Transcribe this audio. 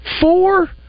four